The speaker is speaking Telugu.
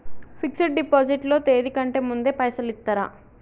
ఫిక్స్ డ్ డిపాజిట్ లో తేది కంటే ముందే పైసలు ఇత్తరా?